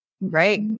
Right